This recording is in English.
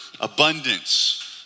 Abundance